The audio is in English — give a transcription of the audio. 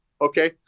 Okay